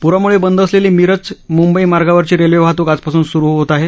प्रामुळे बंद असलेली मिरज मुंबई मार्गावरची रेल्वे वाहतूक आजपासून सुरू होत आहे